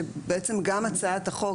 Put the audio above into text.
שהצעת החוק,